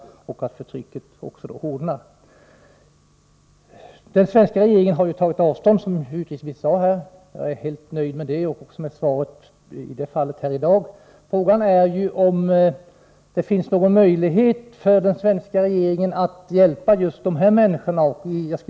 Nr 156 Således ökar även förtrycket. Måndagen den Den svenska regeringen har, som utrikesministern nyss sade, tagit avstånd 28 maj 1984 i detta sammanhang. Jag är helt nöjd med detta, liksom jag är nöjd med det svar jag fått i dag. Om åtgärder för att Frågan är ju om det finns någon möjlighet för den svenska regeringen att främja ett gott samhjälpa just de människor det här gäller.